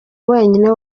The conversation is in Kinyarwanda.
wenyine